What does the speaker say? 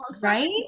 Right